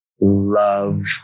love